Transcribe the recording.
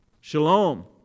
Shalom